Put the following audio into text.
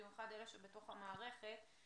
במיוחד אלה שבתוך המערכת.